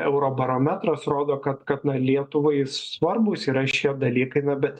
eurobarometras rodo kad kad na lietuvai svarbūs yra šie dalykai na bet